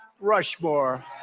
Rushmore